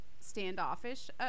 standoffish